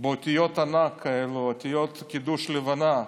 באותיות ענק, קידוש לבנה,